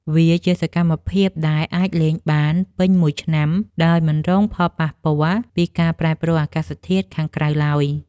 វាជាសកម្មភាពដែលអាចលេងបានពេញមួយឆ្នាំ ដោយមិនរងផលប៉ះពាល់ពីការប្រែប្រួលអាកាសធាតុខាងក្រៅឡើយ។